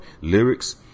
lyrics